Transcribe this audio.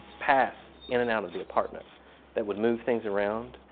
pass in and out of the apartment that would move things around.